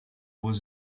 was